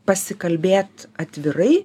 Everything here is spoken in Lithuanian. pasikalbėt atvirai